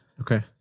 Okay